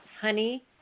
honey